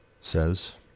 says